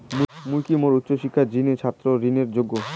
মুই কি মোর উচ্চ শিক্ষার জিনে ছাত্র ঋণের যোগ্য?